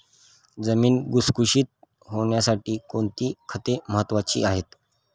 जमीन भुसभुशीत होण्यासाठी कोणती खते महत्वाची आहेत?